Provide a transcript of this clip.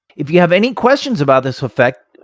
if you have any questions about this effect,